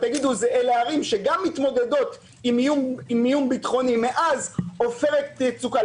תגידו: אלה ערים שגם מתמודדות עם איום ביטחוני מאז עופרת יצוקה.